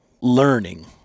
learning